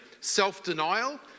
self-denial